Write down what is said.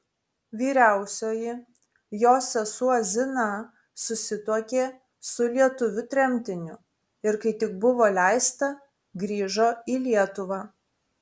vyriausioji jos sesuo zina susituokė su lietuviu tremtiniu ir kai tik buvo leista grįžo į lietuvą